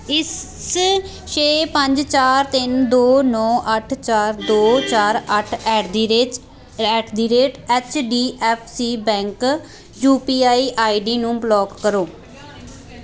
ਇਸ ਛੇ ਪੰਜ ਚਾਰ ਤਿੰਨ ਦੋ ਨੌ ਅੱਠ ਚਾਰ ਦੋ ਚਾਰ ਅੱਠ at the rate at the rate H D F C bank U P I I D ਨੂੰ ਬਲਾਕ ਕਰੋ